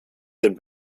den